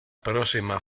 próxima